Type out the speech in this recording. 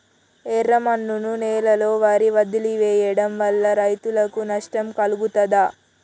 ఎర్రమన్ను నేలలో వరి వదిలివేయడం వల్ల రైతులకు నష్టం కలుగుతదా?